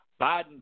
Biden